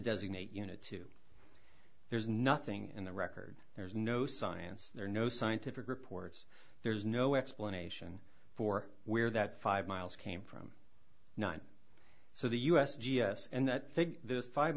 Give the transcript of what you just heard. designate unit to there's nothing in the record there's no science there are no scientific reports there's no explanation for where that five miles came from nine so the u s g s and that those five